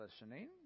listening